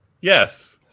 Yes